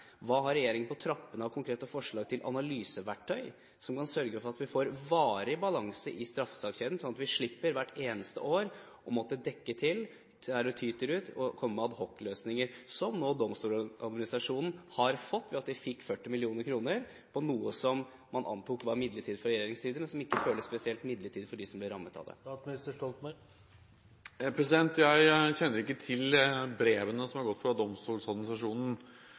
Hva har regjeringen på trappene av konkrete forslag til analyseverktøy som kan sørge for at vi får varig balanse i straffesakskjeden, sånn at vi hvert eneste år slipper å måtte dekke til der det tyter ut, og må komme med adhocløsninger – som den Domstoladministrasjonen nå har fått, ved at de fikk 40 mill. kr, som man antok var midlertidig fra regjeringens side, men som ikke føles spesielt midlertidig for dem som blir rammet av det? Jeg kjenner ikke til brevene som har gått fra